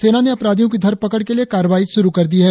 सेना ने अपराधियों की धरपकड़ के लिए कार्रवाई शुरु कर दी है